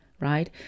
right